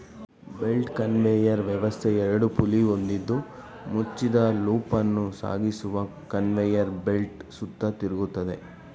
belt conveyor ವ್ಯವಸ್ಥೆ ಎರಡು pulley ಹೊಂದಿದ್ದು ಮುಚ್ಚಿದ ಲೂಪನ್ನು ಸಾಗಿಸುವ ಕನ್ವೇಯರ್ ಬೆಲ್ಟ್ ಸುತ್ತ ತಿರುಗ್ತದೆ